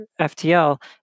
ftl